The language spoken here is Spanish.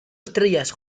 estrellas